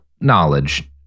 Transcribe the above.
knowledge